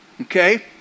okay